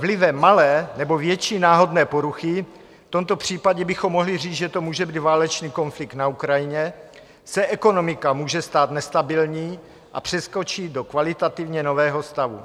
Vlivem malé nebo větší náhodné poruchy, v tomto případě bychom mohli říct, že to může být válečný konflikt na Ukrajině, se ekonomika může stát nestabilní a přeskočí do kvalitativně nového stavu.